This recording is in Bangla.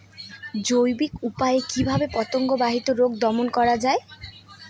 জৈবিক উপায়ে কিভাবে পতঙ্গ বাহিত রোগ দমন করা যায়?